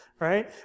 Right